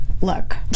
Look